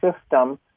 system